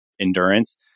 endurance